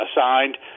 assigned